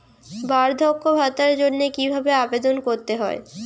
বার্ধক্য ভাতার জন্য কিভাবে আবেদন করতে হয়?